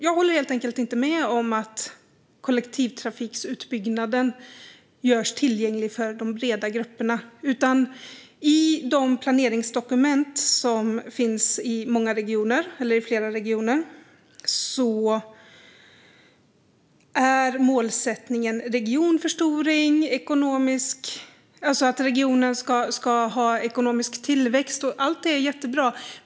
Jag håller helt enkelt inte med om att kollektivtrafikutbyggnaden görs tillgänglig för de breda grupperna. I de planeringsdokument som finns i flera regioner är målsättningen regionförstoring och att regionen ska ha ekonomisk tillväxt. Allt detta är jättebra.